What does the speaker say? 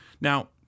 Now